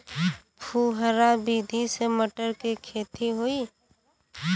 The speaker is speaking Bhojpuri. फुहरा विधि से मटर के खेती होई